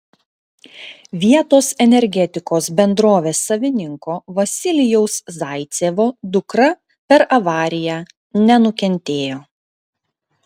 vietos energetikos bendrovės savininko vasilijaus zaicevo dukra per avariją nenukentėjo